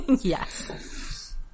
Yes